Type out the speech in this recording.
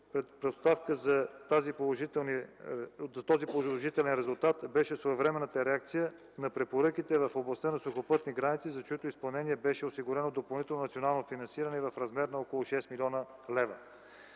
предпоставка за този положителен резултат беше своевременната реакция на препоръките в областта за сухопътните граници, за чието изпълнение беше осигурено допълнително национално финансиране в размер на около 6 млн. лв.